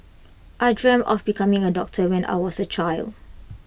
I dreamt of becoming A doctor when I was A child